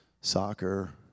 soccer